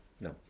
No